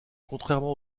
contrairement